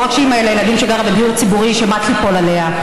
לא רק שהיא אימא לילדים שגרה בדיור ציבורי שמט ליפול עליה,